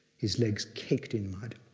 his legs caked in mud.